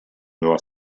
nueva